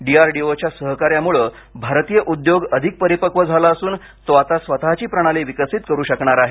D R D O च्या सहकार्यामुळे भारतीय उद्योग अधिक परिपक्व झाला असून तो आता स्वतःची प्रणाली विकसित करू शकणार आहे